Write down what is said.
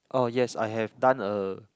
oh yes I have done a